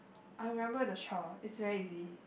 I remember the chore is very easy